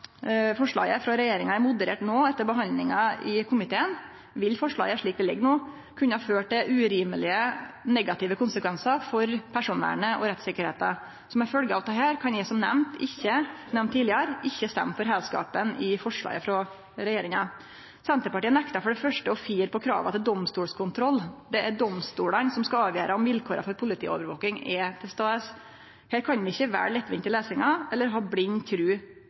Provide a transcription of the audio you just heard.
forslaget frå regjeringa er moderert no etter behandlinga i komiteen, vil forslaget slik det ligg no, kunne føre til urimelege negative konsekvensar for personvernet og rettssikkerheita. Som ei følgje av dette kan eg som nemnt tidlegare ikkje stemme for heilskapen i forslaget frå regjeringa. Senterpartiet nektar for det første å fire på krava til domstolskontroll. Det er domstolane som skal avgjere om vilkåra for politiovervaking er til stades. Her kan vi ikkje velje lettvinte løysingar eller ha blind tru